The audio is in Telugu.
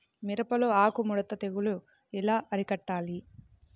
మిరపలో ఆకు ముడత తెగులు ఎలా అరికట్టాలి?